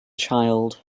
child